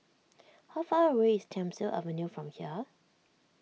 how far away is Thiam Siew Avenue from here